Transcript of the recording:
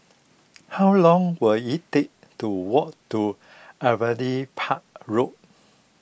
how long will it take to walk to Park Road